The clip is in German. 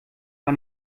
war